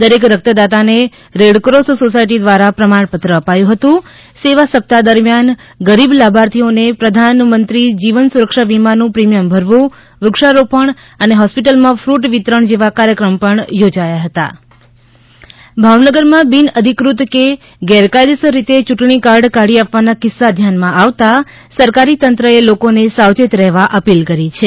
દરેક રકતદાતાને red cross society દ્વારા પ્રમાણપત્ર અપાયું હતું સેવા સપ્તાહ દરમિયાન ગરીબ લાભાર્થીઓને પ્રધાન જીવન સુરક્ષા વીમાનું પ્રિમિયમ ભરવું વૃક્ષારોપણ અને હોસ્પિટલમાં ફ્ર્ટ વિતરણ જેવા કાર્યક્રમ પણ યોજાયા હતા ભાવનગર ચૂંટણી કાર્ડ ભાવનગરમાં બિનઅધિકૃત કે ગેરકાયદેસર રીતે ચૂંટણીકાર્ડ કાઢી આપવાના કિસ્સા ધ્યાનમાં આવતા સરકારી તંત્ર એ લોકોને સાવચેત રહેવા અપીલ કરી છે